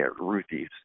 Ruthie's